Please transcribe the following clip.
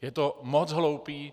Je to moc hloupý.